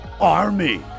army